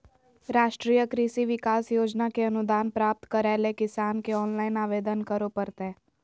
राष्ट्रीय कृषि विकास योजना के अनुदान प्राप्त करैले किसान के ऑनलाइन आवेदन करो परतय